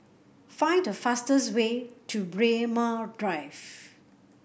find the fastest way to Braemar Drive